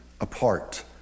apart